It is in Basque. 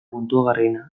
puntuagarriena